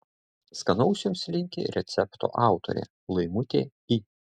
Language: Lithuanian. skanaus jums linki recepto autorė laimutė i